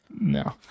No